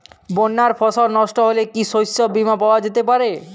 বন্যায় ফসল নস্ট হলে কি শস্য বীমা পাওয়া যেতে পারে?